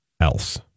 else